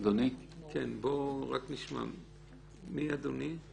אדוני -- מי אדוני?